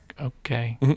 okay